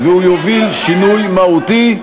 והוא יוביל שינוי מהותי,